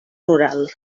rural